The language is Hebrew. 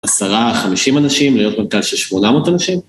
עשרה, חמישים אנשים, להיות מרכז של שמונה מאות אנשים?